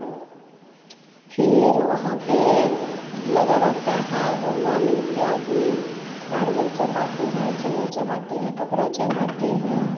फिर वहाँ पर लगा रहता है हनुमान इत्यादि नारियल चढ़ाते हैं चीनी चढ़ाते हैं कपड़ा चढ़ाते हैं